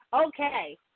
Okay